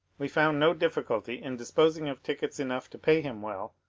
we found no difficulty in disposing of tickets enough to pay him well,